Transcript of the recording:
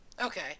Okay